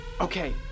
Okay